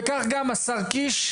וכך גם השר קיש,